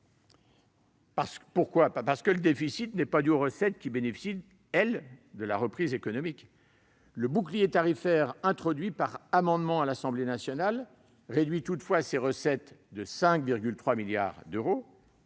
tout le niveau. Le déficit n'est pas dû aux recettes, qui bénéficient, elles, de la reprise économique. Le bouclier tarifaire introduit par amendement à l'Assemblée nationale réduit toutefois ces recettes de 5,3 milliards d'euros,